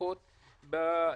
מועסקות ב-2017.